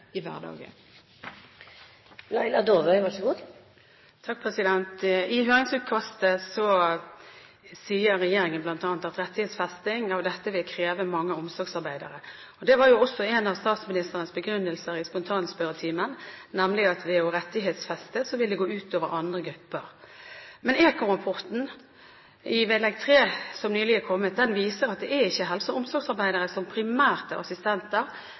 i hverdagen. I høringsutkastet sier regjeringen bl.a. at rettighetsfesting av dette vil kreve mange omsorgsarbeidere. Det var også en av statsministerens begrunnelser i spontanspørretimen, nemlig at det å rettighetsfeste vil gå ut over andre grupper. ECON-rapporten, vedlegg 3, som nylig er kommet, viser at det ikke er helse- og omsorgsarbeidere som primært er assistenter;